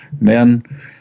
Men